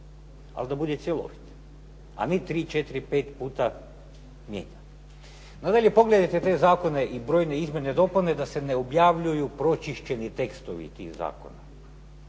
ali da bude cjelovit, a ne tri, četiri, pet puta mijenjan. Nadalje, pogledajte te zakone i brojne izmjene i dopune da se ne objavljuju pročišćeni tekstovi tih zakona,